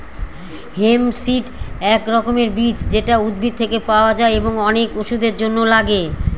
hemp seed এক রকমের বীজ যেটা উদ্ভিদ থেকে পাওয়া যায় এবং অনেক ওষুধের জন্য লাগে